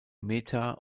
meta